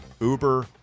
Uber